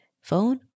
phone